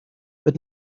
but